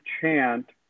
chant